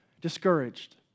discouraged